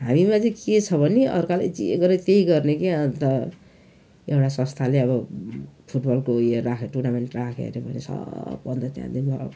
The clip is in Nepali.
हामीमा चाहिँ के छ भने अर्काले जे गऱ्यो त्यही गर्ने के अन्त एउटा संस्थाले अब फुटबलको उयो राख्यो टुर्नामेन्ट राख्यो अरे भन्छ अन्त त्यहाँदेखिबाट